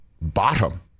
bottom